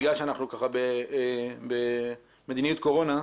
בגלל שאנחנו ככה במדיניות קורונה,